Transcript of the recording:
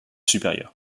supérieurs